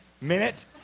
minute